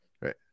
Right